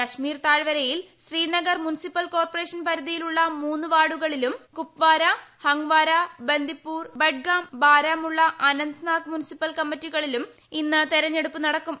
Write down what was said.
കശ്മീർ താഴ്വരയിൽ Srinagar municipal corporation പരിധിയിലുള്ള മൂന്ന് വാർഡുകളിലും കൂപ്പവാര ഹങ്വാര ബന്ദിപൂർ ബുദ്ഗാം ബാരമുള്ള അനന്ത്നാഗ് മുൻസിപ്പൽ കമ്മിറ്റികളിലും ഇന്ന് തെരഞ്ഞെടുപ്പ് നടക്കും